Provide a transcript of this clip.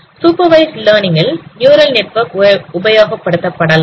supervised learning ல் neural network உபயோகப் படுத்தப் படலாம்